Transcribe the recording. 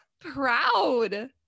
proud